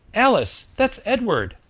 alice, that's edward!